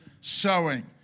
sowing